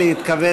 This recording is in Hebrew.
אפשר